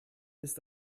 ist